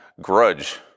grudge